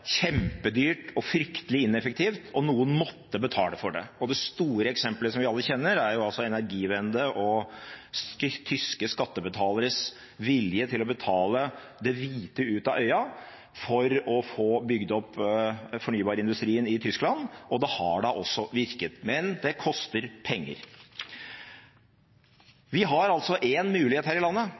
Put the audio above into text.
kjempedyrt og fryktelig ineffektivt, og noen måtte betale for det. Det store eksemplet som vi alle kjenner, er Energiewende og tyske skattebetaleres vilje til å betale det hvite ut av øynene for å få bygd opp fornybarindustrien i Tyskland, og det har da også virket. Men det koster penger. Vi har én mulighet her i landet.